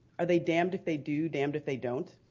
are they damned if they do, damned if they don't?